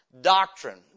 doctrine